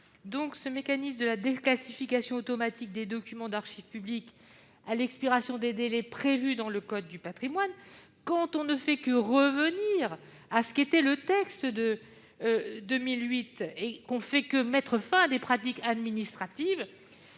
ce mécanisme de déclassification automatique des documents d'archives publiques à l'expiration des délais prévus dans le code du patrimoine, quand on ne fait que revenir, par là, au texte de 2008. Autrement dit, on ne fait que mettre fin à des pratiques administratives